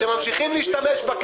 אבל הם ממשיכים לכהן עד ההשבעה.